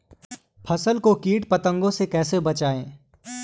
फसल को कीट पतंगों से कैसे बचाएं?